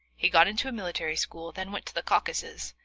he got into military school, then went to the caucasus,